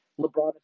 LeBron